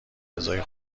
رضای